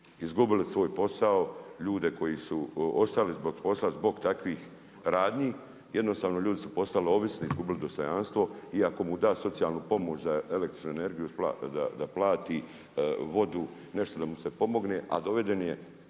izgubili svoj posao, ljude koji su ostali zbog posla, zbog takvih radnji, jednostavno ljudi su postali ovisni, izgubili dostojanstvo iako mu da socijalnu pomoć za električnu energiju da plati vodu, nešto da mu se pomogne a doveden je